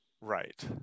Right